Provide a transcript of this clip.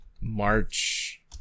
March